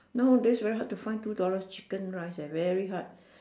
nowadays very hard to find two dollars chicken rice eh very hard